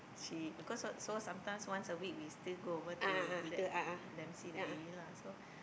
she because so so sometime once a week we still go over to let them see the baby lah so